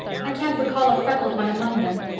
i can't recall a freckled one among them.